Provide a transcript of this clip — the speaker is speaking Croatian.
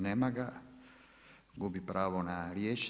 Nema ga, gubi pravo na riječ.